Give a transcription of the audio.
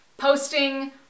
Posting